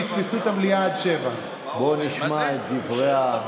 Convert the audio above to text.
שיתפסו את המליאה עד 07:00. בואו נשמע את דברי,